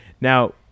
Now